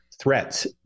threats